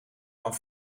van